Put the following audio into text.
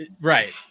Right